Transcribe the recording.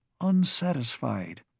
unsatisfied